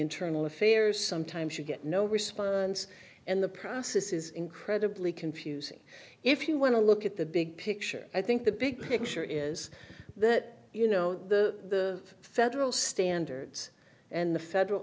internal affairs sometimes you get no response and the process is incredibly confusing if you want to look at the big picture i think the big picture is that you know the federal standards and the federal